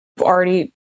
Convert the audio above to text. Already